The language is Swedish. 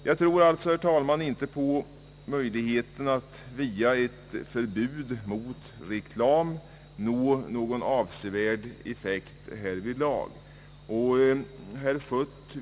Jag tror alltså inte, herr talman, på möjligheten att via ett förbud mot reklam nå någon avsevärd effekt beträffande minskad tobaksrökning.